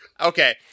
Okay